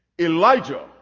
Elijah